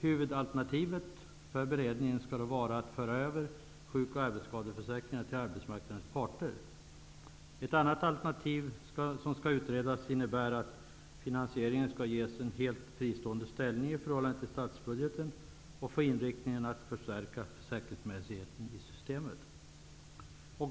Huvudalternativet för beredningen skall då vara att föra över sjuk och arbetsskadeförsäkringarna till arbetsmarknadens parter. Ett annat alternativ som skall utredas innebär att finansieringen skall ges en helt fristående ställning i förhållande till statsbudgeten och få inriktningen att förstärka försäkringsmässigheten i systemet.